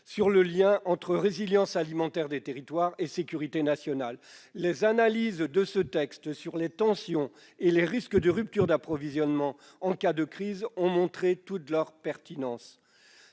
sur le lien entre résilience alimentaire des territoires et sécurité nationale. Les analyses sur les tensions et les risques de rupture d'approvisionnement en cas de crise qui le fondent ont montré toute leur pertinence.